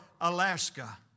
Alaska